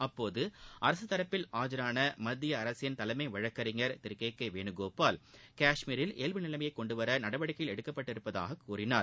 அப்போது அரசு தரப்பில் ஆஜரான மத்திய அரசின் தலைமை வழக்கறிஞர் திரு கே கே வேணுகோபால் காஷ்மீரில் இயல்பு நிலையை கொண்டுவர நடவடிக்கைகள் எடுக்கப்பட்டுள்ளதாகக் கூறினார்